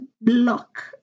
Block